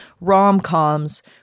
rom-coms